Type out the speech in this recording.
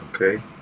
okay